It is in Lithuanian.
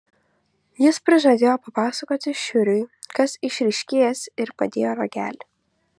jis prižadėjo papasakoti šiuriui kas išryškės ir padėjo ragelį